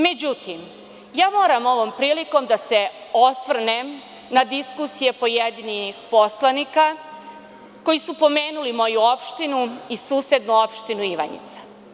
Međutim, ja moram ovom prilikom da se osvrnem na diskusije pojedinih poslanika koji su pomenuli moju opštinu i susednu opštinu Ivanjica.